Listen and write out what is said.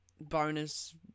bonus